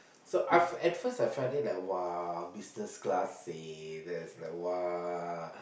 so at first I felt it like !wah! business class seh that's like !wah!